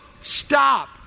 Stop